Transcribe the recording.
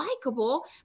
likable